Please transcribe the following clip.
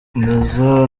nizzo